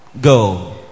go